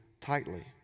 tightly